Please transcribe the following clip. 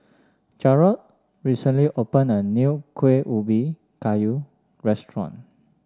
Jarrod recently opened a new Kueh Ubi Kayu restaurant